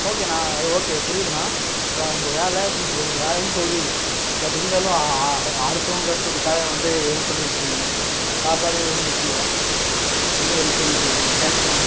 ஓகேண்ணா அது ஓகே புரியுதுண்ணா இப்போ அவங்க வேலை சரி ஒரு வேலைன்னு சொல்கிறீங்க பட் இருந்தாலும் அடுத்தவங்க கஷ்டத்துக்காக வந்து ஹெல்ப் பண்ணிருக்கிறீங்க சாப்பாடு ரொம்ப முக்கியம் வந்து ஹெல்ப் பண்ணிருக்கிறீங்கள் தேங்க்ஸ் அண்ணா